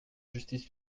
justice